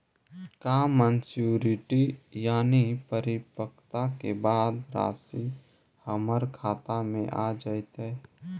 का मैच्यूरिटी यानी परिपक्वता के बाद रासि हमर खाता में आ जइतई?